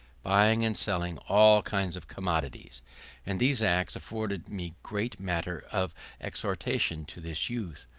buying and selling all kinds of commodities and these acts afforded me great matter of exhortation to this youth,